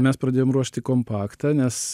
mes pradėjom ruošti kompaktą nes